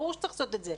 ברור שצריך לעשות את זה,